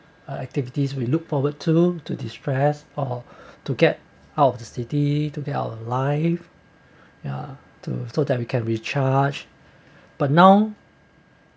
uh activities we look forward to to distress or to get out of the city to get out of life ya to so that we can recharge but now